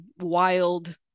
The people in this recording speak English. wild